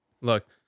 Look